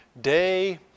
day